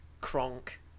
Kronk